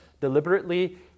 deliberately